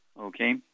Okay